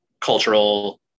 cultural